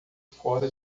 fora